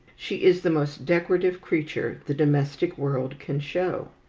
she is the most decorative creature the domestic world can show.